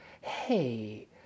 hey